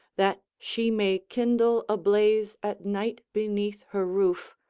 that she may kindle a blaze at night beneath her roof,